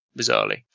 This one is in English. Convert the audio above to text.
Bizarrely